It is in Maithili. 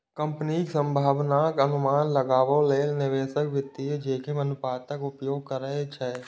कंपनीक संभावनाक अनुमान लगाबै लेल निवेशक वित्तीय जोखिम अनुपातक उपयोग करै छै